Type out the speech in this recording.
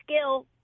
skill